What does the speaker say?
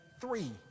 three